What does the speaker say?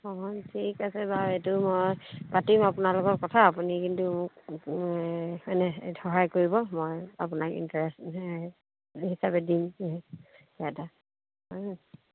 অঁ ঠিক আছে বাৰু এইটো মই পাতিম আপোনাৰ লগত কথা আপুনি কিন্তু মোক এনে মানে সহায় কৰিব মই আপোনাক ইণ্টাৰেষ্ট হিচাপে দিম সেইটো হয় অঁ